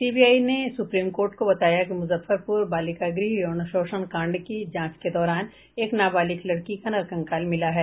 CBI ने supreme court को बताया कि मुजफ्फरपुर बालिका गृह यौन शोषण कांड की जांच के दौरान एक नाबालिग लड़की का नरकंकाल मिला है